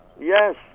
Yes